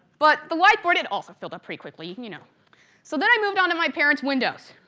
but the white board, it also filled up pretty quickly, you know so then i moved on to my parents' windows.